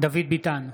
דוד ביטן,